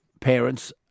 parents